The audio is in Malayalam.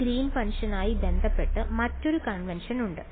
ഈ ഗ്രീൻ ഫങ്ഷനുമായി Green's function ബന്ധപ്പെട്ട് മറ്റൊരു കൺവെൻഷൻ ഉണ്ട്